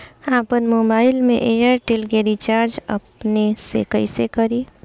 आपन मोबाइल में एयरटेल के रिचार्ज अपने से कइसे करि?